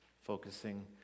focusing